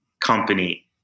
company